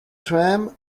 tram